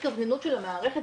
המקום של תקווה,